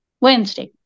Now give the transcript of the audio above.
Wednesday